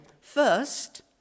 First